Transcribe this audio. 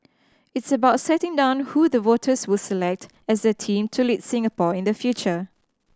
it's about setting down who the voters will select as their team to lead Singapore in the future